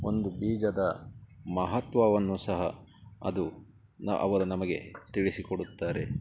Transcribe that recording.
ಒಂದು ಬೀಜದ ಮಹತ್ವವನ್ನು ಸಹ ಅದು ನ ಅವರು ನಮಗೆ ತಿಳಿಸಿಕೊಡುತ್ತಾರೆ